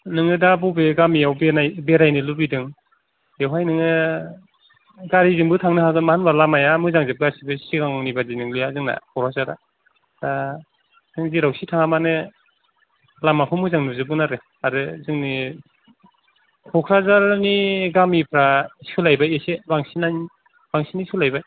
नोंङो दा बबे गामियाव बेरायनो लुगैदों बेवहाय नोङो गारिजोंबो थांनो हागोन मानो होनोबा लामाया मोजांजोब गासिबो सिगांनि बायदि नंला जोंना क'क्राझारा नों जेरावखि थांगा मानो लामाखौ मोजां नुजोबगोन आरो आरो जोंनि क'क्राझारनि गामिफ्रा सोलायबाय एसे बांसिन आनो बांसिना सोलायबाय